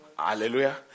Hallelujah